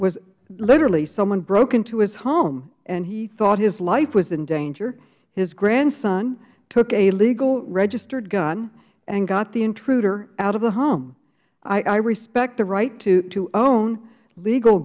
boswell literally someone broke into his home and he thought his life was in danger his grandson took a legal registered gun and got the intruder out of the home i respect the right to own legal